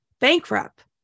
bankrupt